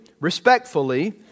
respectfully